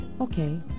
okay